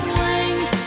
wings